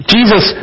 Jesus